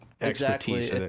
expertise